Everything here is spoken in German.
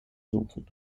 suchen